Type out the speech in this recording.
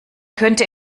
könnte